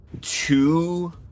Two